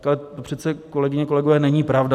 To přece, kolegyně a kolegové, není pravda.